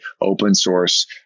open-source